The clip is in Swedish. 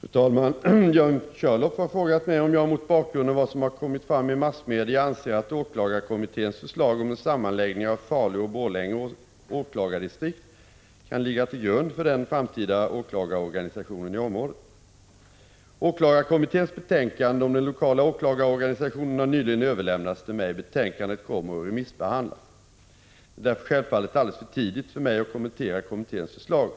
Fru talman! Björn Körlof har frågat mig om jag, mot bakgrund av vad som har kommit fram i massmedia, anser att åklagarkommitténs förslag om en sammanläggning av Falu och Borlänge åklagardistrikt kan ligga till grund för den framtida åklagarorganisationen i området. Åklagarkommitténs betänkande om den lokala åklagarorganisationen har nyligen överlämnats till mig. Betänkandet kommer att remissbehandlas. Det är därför självfallet alldeles för tidigt för mig att kommentera kommitténs förslag.